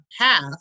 path